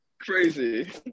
Crazy